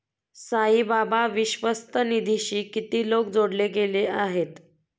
साईबाबा विश्वस्त निधीशी किती लोक जोडले गेले आहेत?